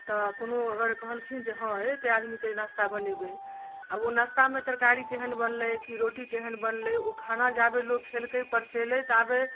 तऽ कोनो अगर कहलखिन जे हँ ये एते आदमीकेँ नाश्ता बनेबै जब ओ नाश्तामे तरकारी केहन बनलै कि रोटी केहन बनलै ओ खाना जाबे लोक खेलकै परसेलै ताबे